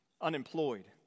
unemployed